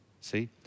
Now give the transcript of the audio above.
See